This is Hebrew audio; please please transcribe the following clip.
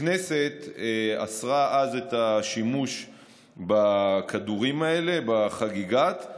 הכנסת אסרה אז את השימוש בכדורים האלה, ב"חגיגת".